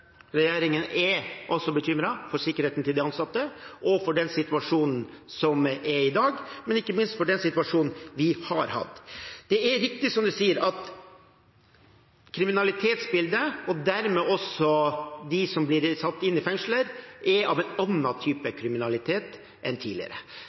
Regjeringen er også bekymret for sikkerheten til de ansatte og for den situasjonen som er i dag, men ikke minst for den situasjonen vi har hatt. Det er riktig som representanten sier, at kriminalitetsbildet – og dermed også de som blir satt inn i fengsler – er av en